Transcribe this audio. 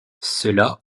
cela